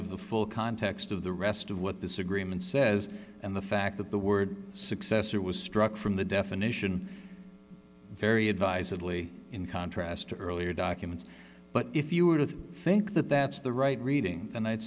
of the full context of the rest of what this agreement says and the fact that the word successor was struck from the definition very advisedly in contrast to earlier documents but if you were to think that that's the right reading then i'd